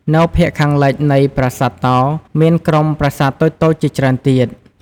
នៅភាគខាងលិចនៃប្រាសាទតោ មានក្រុមប្រាសាទតូចៗជាច្រើនទៀត។